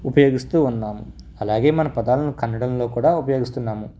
ఉపయోగిస్తూ ఉన్నాం అలాగే మన పదాలను కన్నడలో కూడా ఉపయోగిస్తున్నాము